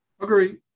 Agreed